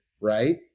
right